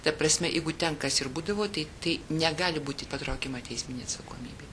ta prasme jeigu ten kas ir būdavo tai tai negali būti patraukiama teisminėn atsakomybėn